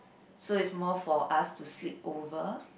so it's more for us to sleepover